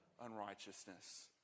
unrighteousness